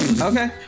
Okay